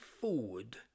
forward